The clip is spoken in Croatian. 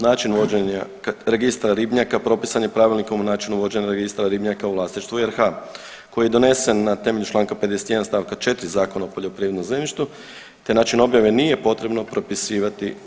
Način uvođenja registra ribnjaka propisan je Pravilnikom o načinu vođenja registra ribnjaka u vlasništvu RH koji je donesen na temelju članka 51. stavka 4. Zakona o poljoprivrednom zemljištu, te način objave nije potrebno propisivati zakonom.